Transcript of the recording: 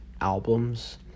albums